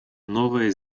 новая